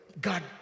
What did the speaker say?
God